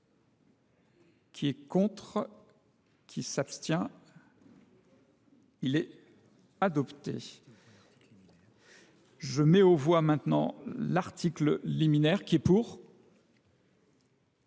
qui est contre, qui s'abstient, il est adopté. Je mets au voie maintenant l'article liminaire, qui est pour,